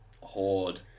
horde